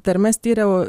tarmes tyriau